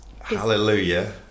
hallelujah